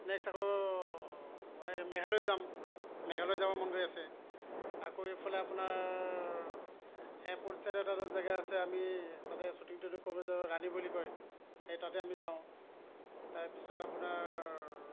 next আকৌ এই মেঘালয় যাম মেঘালয় যাব মন গৈ আছে আকৌ এইফালে আপোনাৰ এয়াৰপৰ্ট ছাইডত এটা জাগা আছে আমি তাতে চুটিঙ টুটিঙ কৰিব যাওঁ ৰাণী বুলি কয় সেই তাতে আমি যাওঁ তাৰপিছত আপোনাৰ